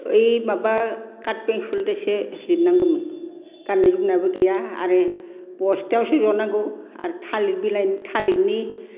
ओइ माबा काटपेन्सुलदोसो लिरनांगौमोन गाननाय जोमनायबो गैया आरो बस्थायावसो ज'नांगौ आरो थालिर बिलाइ थालिरनि